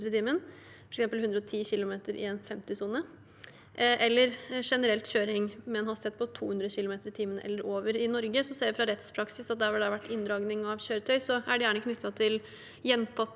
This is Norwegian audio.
i en 50-sone, eller generelt kjøring med en hastighet på 200 km/t eller over. I Norge ser vi fra rettspraksis at der hvor det har vært inndragning av kjøretøy, er det gjerne knyttet til gjentatte